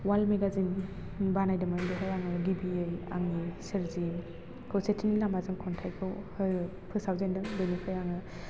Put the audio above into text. वाल magazine बानायदोंमोन बेहाय आङो गिबियै आंनि सोरजि खौसेथिनि लामाजों खन्थाइखौ फोसावजेन्दों बेनिफ्राइ आङो